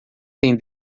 tem